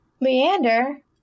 Leander